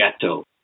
Ghetto